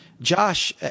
Josh